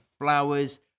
Flowers